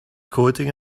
coding